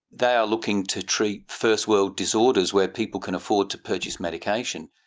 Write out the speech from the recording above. they are looking to treat first world disorders where people can afford to purchase medication.